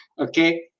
Okay